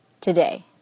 today